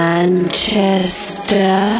Manchester